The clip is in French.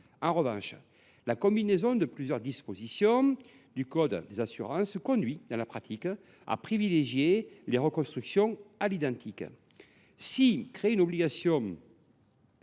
En revanche, la combinaison de plusieurs dispositions du code des assurances conduit, en pratique, à privilégier les reconstructions à l’identique. Sans doute l’obligation